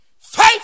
Faith